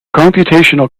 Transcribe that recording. computational